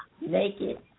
naked